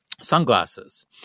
sunglasses